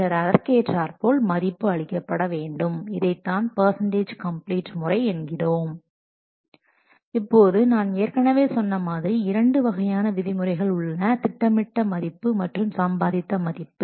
பின்னர் அதற்கேற்றார்போல் மதிப்பு அளிக்கப்பட வேண்டும் இதைத்தான் பர்சன்டேஜ் கம்ப்ளீட் முறை என்கிறோம் இப்போது நான் ஏற்கனவே சொன்ன மாதிரி இரண்டு வகையான விதிமுறைகள் உள்ளன திட்டமிட்ட மதிப்பு மற்றும் சம்பாதித்த மதிப்பு